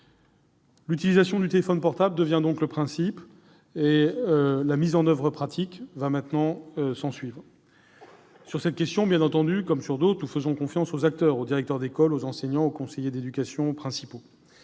l'utilisation du téléphone portable devient donc le principe, et la mise en oeuvre pratique va s'ensuivre. Sur cette question, comme sur d'autres, nous faisons confiance aux acteurs- directeurs d'école, enseignants, conseillers d'éducation, principaux